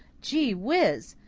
gee whiz!